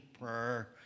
prayer